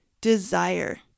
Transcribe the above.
desire